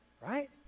right